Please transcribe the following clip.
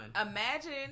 Imagine